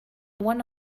one